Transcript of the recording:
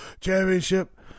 championship